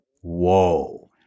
whoa